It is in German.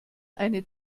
eine